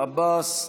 עבאס,